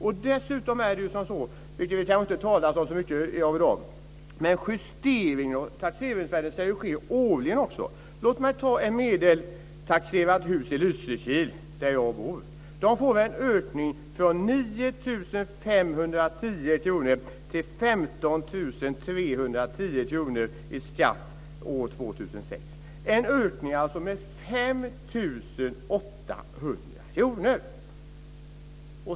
Vi har inte talat så mycket om det i dag, men det ska ske en justering av taxeringsvärdet årligen. Låt mig ta ett medeltaxerat hus i Lysekil där jag bor. Det får en ökning från 9 510 kr till 15 310 kr i skatt år 2006. Det är en ökning med 5 800 kr.